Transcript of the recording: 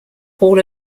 hall